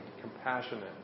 compassionate